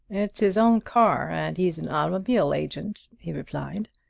it's his own car and he's an automobile agent, he replied.